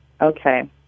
Okay